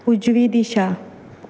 उजवी दिशा